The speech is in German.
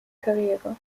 karriere